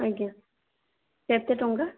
ଆଜ୍ଞା କେତେ ଟଙ୍କା